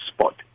spot